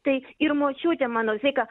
tai ir močiutė mano visą laiką